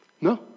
No